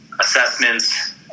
assessments